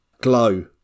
glow